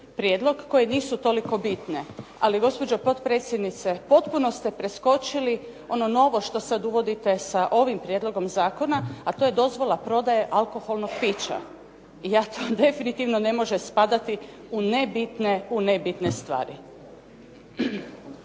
prijedlog koje nisu toliko bitne. Ali gospođo podpredsjednice, potpuno ste preskočili ono novo što sad uvodite sa ovim prijedlogom zakona, a to je dozvola prodaje alkoholnog pića i to definitivno ne može spadati u nebitne stvari.